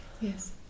Yes